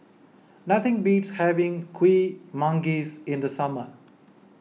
nothing beats having Kuih Manggis in the summer